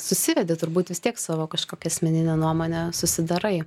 susivedi turbūt vis tiek savo kažkokią asmeninę nuomonę susidarai